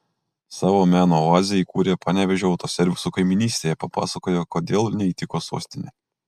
savo meno oazę įkūrė panevėžio autoservisų kaimynystėje papasakojo kodėl neįtiko sostinė